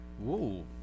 Whoa